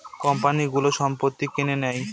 কোম্পানিগুলো সম্পত্তি কিনে নেয়